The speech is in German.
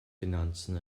finanzen